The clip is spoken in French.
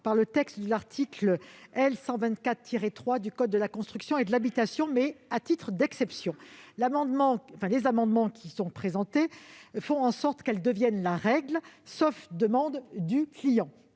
prévue par l'article L. 124-3 du code de la construction et de l'habitation, à titre d'exception. Ces amendements visent à faire en sorte qu'elle devienne la règle, sauf demande du client.